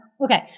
Okay